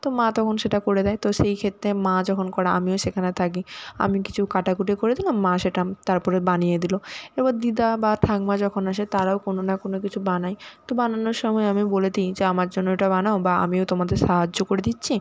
তো মা তখন সেটা করে দেয় তো সেই ক্ষেত্রে মা যখন করে আমিও সেখানে থাকি আমি কিছু কাটাকুটি করে দিলাম মা সেটা তারপরে বানিয়ে দিল এবার দিদা বা ঠাক্মা যখন আসে তারাও কোনও না কোনও কিছু বানায় তো বানানোর সময় আমি বলে দিই যে আমার জন্য এটা বানাও বা আমিও তোমাদের সাহায্য করে দিচ্ছি